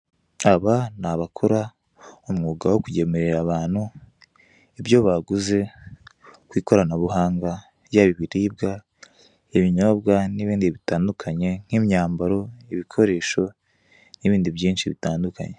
Aba ni abakora umwuga wo kugemurira abantu ibyo baguze ku ikoranabuhanga byaba biribwa, ibinyobwa n'ibindi bitandukanye nk'imyambaro, ibikoresho n'ibindi byinshi bitandukanye.